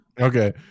okay